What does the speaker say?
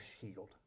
shield